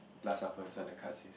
like supper you just want the cuts